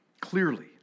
clearly